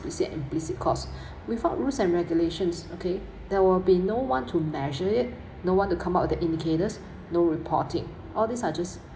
and implicit cost without rules and regulations okay there will be no one to measure it no one to come up with the indicators no reporting all these are just